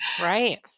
right